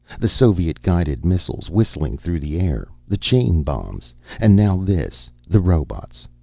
the soviet guided missiles, whistling through the air. the chain bombs and now this, the robots,